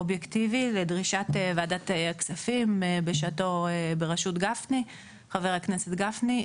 אובייקטיבי לדרישת ועדת הכספים בשעתו בראשות חבר הכנסת גפני.